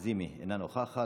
אינה נוכחת.